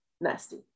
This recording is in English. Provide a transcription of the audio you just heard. nasty